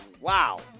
Wow